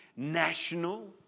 National